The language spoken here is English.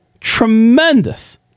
tremendous